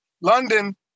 London